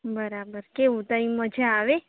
બરાબર કેવું ત્યાં મજા આવે